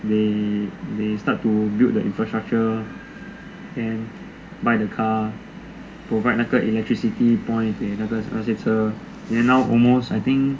they they start to build the infrastructure and buy the car provide 那个 electricity point 给那些车 then now almost I think